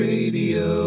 Radio